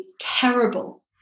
terrible